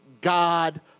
God